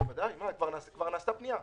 בוודאי, כבר נעשתה פנייה.